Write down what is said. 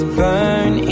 burn